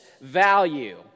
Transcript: value